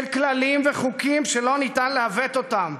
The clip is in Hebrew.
של כללים וחוקים שלא ניתן לעוות אותם.